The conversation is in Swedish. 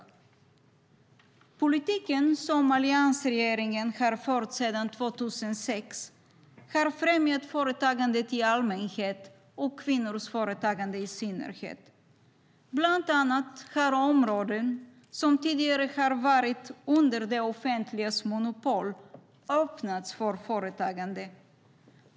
Den politik som alliansregeringen har fört sedan 2006 har främjat företagandet i allmänhet och kvinnors företagande i synnerhet. Bland annat har områden som tidigare har varit under det offentligas monopol öppnats för företagande.